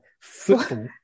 football